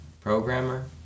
programmer